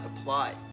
apply